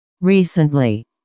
Recently